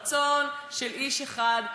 רצון של איש אחד,